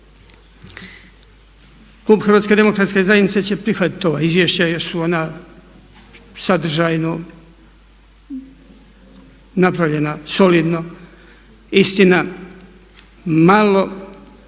Klub Hrvatske demokratske zajednice će prihvatiti ova izvješća jer su ona sadržajno napravljena, solidno. Istina, malo